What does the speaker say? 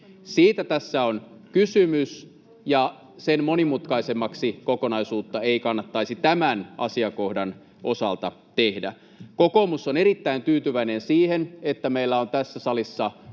Siitä tässä on kysymys, ja sen monimutkaisemmaksi kokonaisuutta ei kannattaisi tämän asiakohdan osalta tehdä. Kokoomus on erittäin tyytyväinen siihen, että meillä tässä salissa